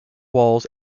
walls